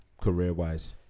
career-wise